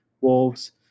wolves